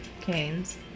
Canes